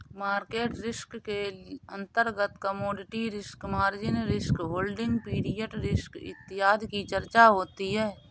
market risk के अंतर्गत commodity risk, margin risk, holding period risk इत्यादि की चर्चा होती है